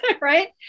right